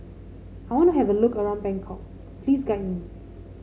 I want to have a look around Bangkok please guide me